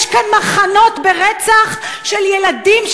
יש כאן מחנות, ברצח של ילדים?